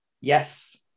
Yes